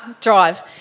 drive